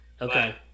Okay